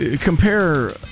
compare